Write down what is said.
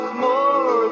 more